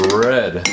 red